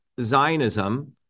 Zionism